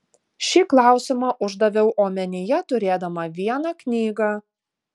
šį klausimą uždaviau omenyje turėdama vieną knygą